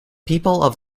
people